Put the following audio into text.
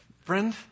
Friend